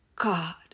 God